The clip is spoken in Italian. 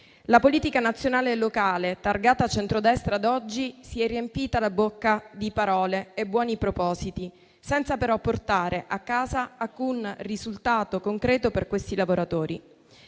La politica nazionale e locale targata centrodestra ad oggi si è riempita la bocca di parole e buoni propositi, senza però portare a casa alcun risultato concreto per questi lavoratori.